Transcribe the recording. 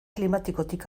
klimatikotik